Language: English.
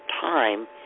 time